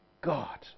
God